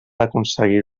aconseguir